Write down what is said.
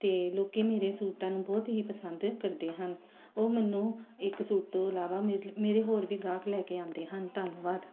ਅਤੇ ਲੋਕੀ ਮੇਰੇ ਸੂਟਾਂ ਨੂੰ ਬਹੁਤ ਹੀ ਪਸੰਦ ਕਰਦੇ ਹਨ ਉਹ ਮੈਨੂੰ ਇੱਕ ਸੂਟ ਤੋਂ ਇਲਾਵਾ ਮੇਰੇ ਹੋਰ ਵੀ ਗਾਹਕ ਲੈ ਕੇ ਆਉਂਦੇ ਹਨ ਧੰਨਵਾਦ